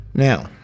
Now